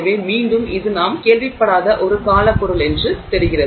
எனவே மீண்டும் இது நாம் கேள்விப்படாத ஒரு கால பொருள் என்று தெரிகிறது